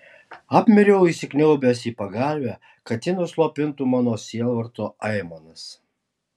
apmiriau įsikniaubęs į pagalvę kad ji nuslopintų mano sielvarto aimanas